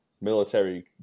military